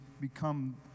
become